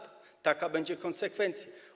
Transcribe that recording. Taka będzie konsekwencja.